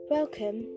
Welcome